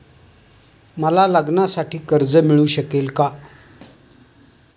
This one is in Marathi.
मला लग्नासाठी कर्ज मिळू शकेल का?